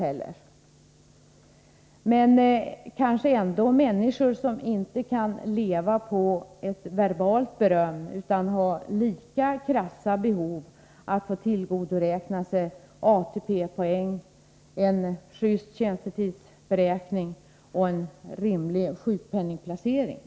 Men det är ändå fråga om människor som inte kan leva på verbalt beröm utan som har lika krassa behov som andra att få tillgodoräkna sig ATP-poäng och att få en just tjänstetidsberäkning och en rimlig sjukpenningplacering.